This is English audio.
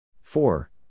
Four